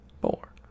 four